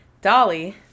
Dolly